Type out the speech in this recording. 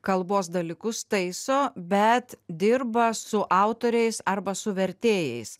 kalbos dalykus taiso bet dirba su autoriais arba su vertėjais